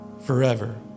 forever